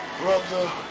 Brother